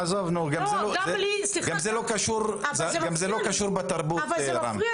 זה גם לא קשור בתרבות, רם.